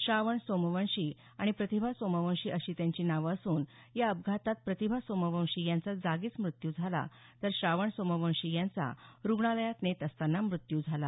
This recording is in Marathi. श्रावण सोमवंशी आणि प्रतिभा सोमवंशी अशी त्यांची नावे असून या अपघातात प्रतिभा सोमवंशी यांचा जागीच मृत्यू झाला तर श्रावण सोमवंशी यांचा रुग्णालयात नेत असतांना मृत्यु झाला